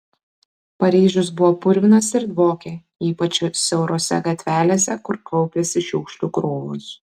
paryžius buvo purvinas ir dvokė ypač siaurose gatvelėse kur kaupėsi šiukšlių krūvos